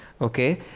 Okay